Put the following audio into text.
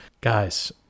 Guys